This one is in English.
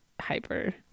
hyper